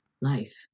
life